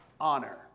honor